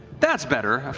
that's better,